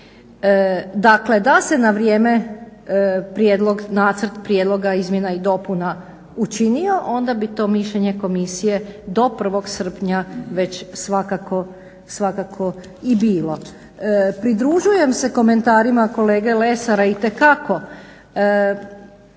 Dakle, da se na vrijeme nacrt prijedloga izmjena i dopuna učinio onda bi to mišljenje komisije do 1.srpnja već svakako i bilo. Pridružujem se komentarima kolege Lesara itekako